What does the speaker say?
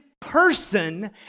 person